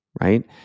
right